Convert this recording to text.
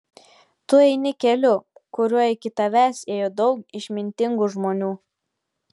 tu eini keliu kuriuo iki tavęs ėjo daug išmintingų žmonių